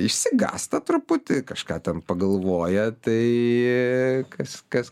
išsigąsta truputį kažką ten pagalvoja tai kas kas